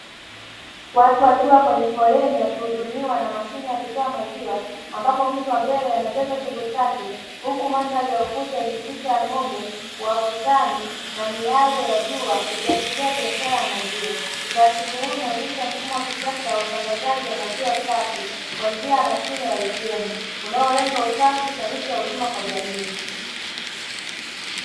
Watu wakiwa kwenye foleni wakihudumiwa na mashine ya kutoa maziwa ambapo, mtu wa mbele anajaza chombo chake. Huku mandhari ya ukuta yenye picha ya ng'ombe wa ukutani, na miale ya jua, ikiashiria biashara ya maziwa. Utaratibu huu unaonyesha mfumo wa kisasa wa usambazaji wa maziwa safi kwa njia ya "ATM", unaolenga usafi na huduma kwa jamii.